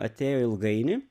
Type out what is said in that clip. atėjo ilgainiui